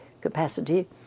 capacity